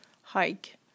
hike